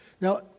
Now